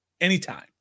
anytime